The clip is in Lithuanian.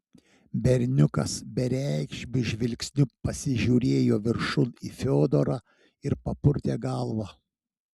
berniukas bereikšmiu žvilgsniu pasižiūrėjo viršun į fiodorą ir papurtė galvą